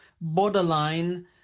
borderline